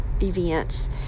events